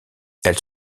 elle